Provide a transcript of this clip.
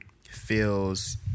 feels